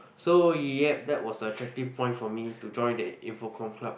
so yup that was a attractive point for me to join the info comm club